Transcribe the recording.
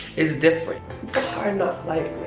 it's different. it's a hard enough life